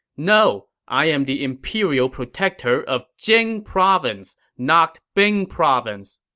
no, i am the imperial protector of jing province, not bing province.